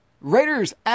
Raiders